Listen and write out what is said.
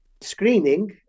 screening